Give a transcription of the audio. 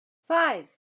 five